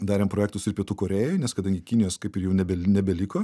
darėm projektus ir pietų korėjoj nes kadangi kinijos kaip ir jau nebel nebeliko